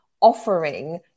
offering